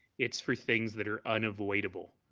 it's for things that are unavoidable.